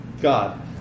God